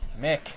Mick